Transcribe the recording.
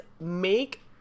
make